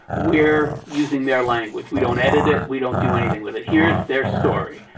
we are using their language. we don't edit it, we don't do anything with it, here is their story.